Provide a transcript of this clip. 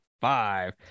five